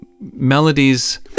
melodies